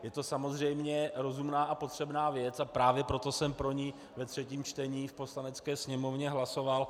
Je to samozřejmě rozumná a potřebná věc, a právě proto jsem pro ni ve třetím čtení v Poslanecké sněmovně hlasoval.